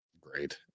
great